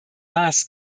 maß